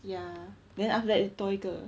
ya then after that 又多一个